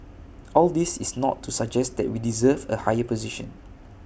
all this is not to suggest that we deserve A higher position